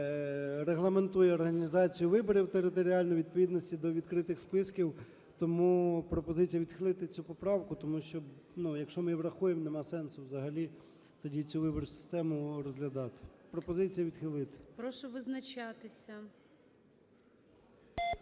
регламентує організацію виборів у територіальній відповідності до відкритих списків. Тому пропозиція – відхилити цю поправку, тому що, якщо ми і врахуємо, нема сенсу взагалі тоді цю виборчу систему розглядати. Пропозиція